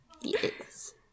Yes